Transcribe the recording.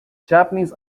japanese